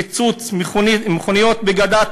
פיצוץ מכוניות בגדה,